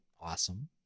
awesome